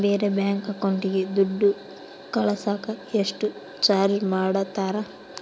ಬೇರೆ ಬ್ಯಾಂಕ್ ಅಕೌಂಟಿಗೆ ದುಡ್ಡು ಕಳಸಾಕ ಎಷ್ಟು ಚಾರ್ಜ್ ಮಾಡತಾರ?